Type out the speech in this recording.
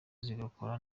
zigakora